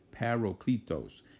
parokletos